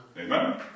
Amen